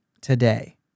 today